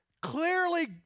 Clearly